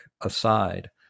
aside